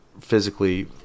physically